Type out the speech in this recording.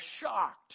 shocked